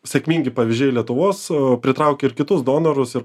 sėkmingi pavyzdžiai lietuvos a pritraukia ir kitus donorus ir